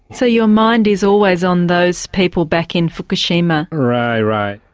so your mind is always on those people back in fukushima? right, right.